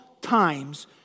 times